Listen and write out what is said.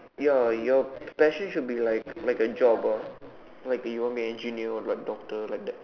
ya your passion should be like like a job ah like you want to be engineer or doctor like that